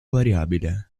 variabile